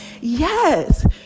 Yes